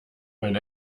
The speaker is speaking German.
mein